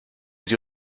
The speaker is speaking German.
sie